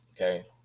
okay